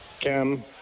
Cam